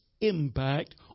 impact